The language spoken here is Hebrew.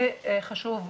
וחשוב,